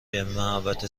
محوطه